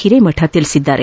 ಹಿರೇಮಠ ಹೇಳಿದ್ದಾರೆ